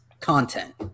content